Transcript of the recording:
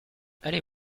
allez